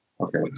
Okay